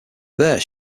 there